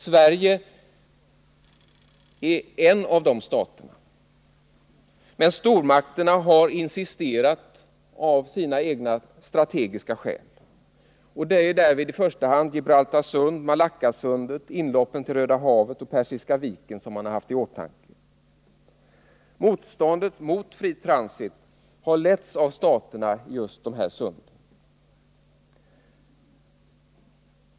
Sverige är en av dessa stater. Men stormakterna har, av egna strategiska skäl, insisterat. Det är i första hand Gibraltar sund, Malackasundet och inloppen till Röda havet och Persiska viken som de har haft i åtanke. Motståndet mot fri transit har letts av staterna vid just dessa sund.